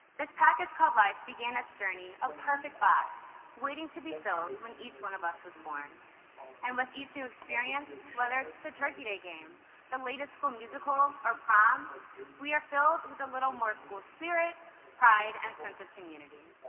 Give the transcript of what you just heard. this package called life began its journey a perfect box waiting to be filled when each one of us was born and with each new experience whether it's the turkey day game the latest school musical or prom we are filled with a little more school spirit pride and sense of community